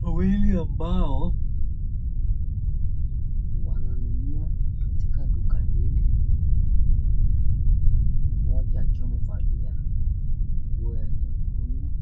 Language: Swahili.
wawili ambao wananunua katika duka hili, mmoja akiwa amevalia nguo ya nyekundu.